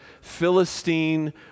Philistine